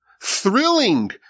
thrilling